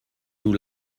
nous